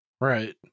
right